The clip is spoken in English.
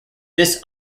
this